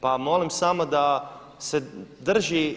Pa molim samo da se drži.